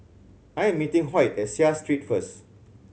I am meeting Hoyt at Seah Street first